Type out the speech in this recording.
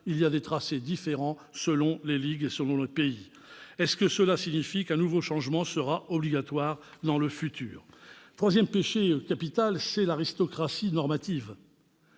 les tracés diffèrent selon les ligues et selon les pays. Cela signifie-t-il qu'un nouveau changement sera obligatoire dans le futur ? Troisième péché capital : l'« aristocratie » normative.